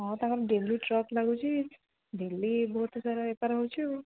ହଁ ତାଙ୍କର daily truck ଲାଗୁଛି ଡେଲି ବହୁତ ସାରା ବେପାର ହେଉଛି ଆଉ